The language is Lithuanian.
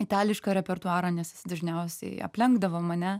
itališką repertuarą nes dažniausiai aplenkdavo mane